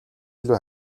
илүү